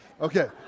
Okay